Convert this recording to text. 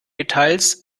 details